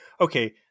okay